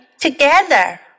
together